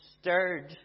stirred